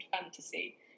fantasy